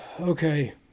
Okay